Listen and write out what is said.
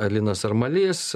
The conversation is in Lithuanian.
alinas armalys